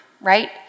right